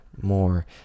more